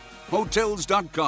Hotels.com